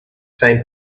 same